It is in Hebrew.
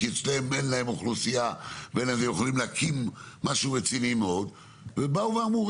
כי אצלם אין אוכלוסייה ויכולים להקים משהו רציני מאוד ובאו ואמרו,